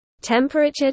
Temperature